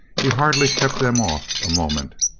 he hardly kept them off a moment.